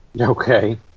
Okay